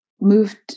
moved